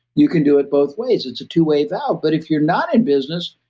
you can do it both ways. it's a two-way valve. but if you're not in business,